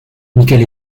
michael